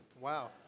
Wow